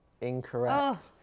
incorrect